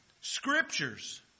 scriptures